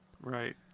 Right